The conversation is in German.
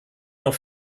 nur